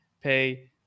pay